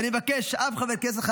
אני מבקש שאף חבר כנסת,